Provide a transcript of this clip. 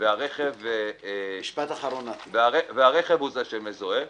כאשר הרכב הוא שמזוהה.